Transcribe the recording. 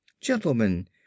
Gentlemen